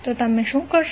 તો તમે શું કરશો